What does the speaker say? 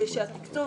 ושהתקצוב,